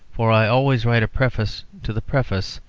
for i always write a preface to the preface,